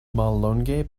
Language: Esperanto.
mallonge